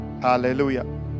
Hallelujah